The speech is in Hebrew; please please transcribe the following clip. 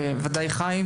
וודאי חיים,